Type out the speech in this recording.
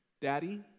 Daddy